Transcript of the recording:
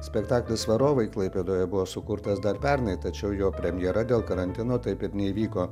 spektaklis varovai klaipėdoje buvo sukurtas dar pernai tačiau jo premjera dėl karantino taip ir neįvyko